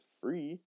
free